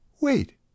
Wait